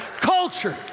culture